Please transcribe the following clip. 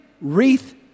wreath